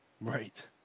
Right